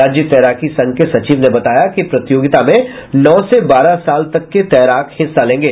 राज्य तैराकी संघ के सचिव ने बताया कि प्रतियोगिता में नौ से बारह साल तक के तैराक हिस्सा लेंगे